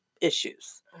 issues